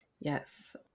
Yes